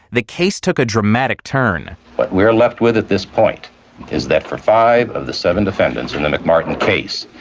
the case took a dramatic turn. what we're left with at this point is that for five of the seven defendants in the mcmartin case,